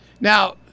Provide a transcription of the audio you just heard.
Now